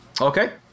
Okay